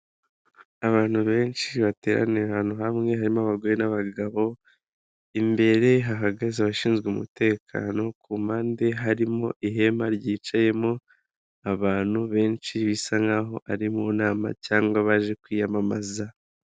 Abantu benshi bateraniye ahantu hamwe harimo abagore n'abagabo, imbere hahagaze abashinzwe umutekano, ku mpande harimo ihema ryicayemo abantu benshi bisa nk'aho ari mu nama cyangwa baje kwiyamamaza.